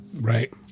Right